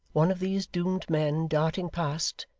one of these doomed men darting past,